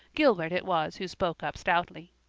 gilbert it was who spoke up stoutly.